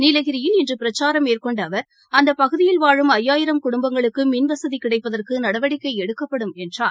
நீலகிரியில் இன்றபிரச்சாரம் மேற்கொண்டஅவர் அந்தபகுதியில் வாழும் ஐயாயிரம் குடும்பங்களுக்குமின் வசதிகிடைப்பதற்குநடவடிக்கைஎடுக்கப்படும் என்றார்